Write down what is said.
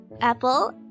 Apple